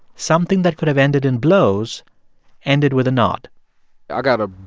something that could have ended in blows ended with a nod i got to,